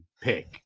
pick